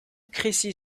crécy